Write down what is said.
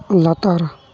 ᱞᱟᱛᱟᱨ